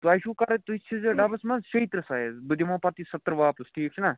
تۄہہِ چھُو کَرُن تُہۍ سوٗزۍزیٚو ڈَبَس منٛز شیٚترٕٛہ سایِز بہٕ دِمہو پَتہٕ یہِ ستترٕٛہ واپَس ٹھیٖک چھُناہ